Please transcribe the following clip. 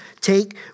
take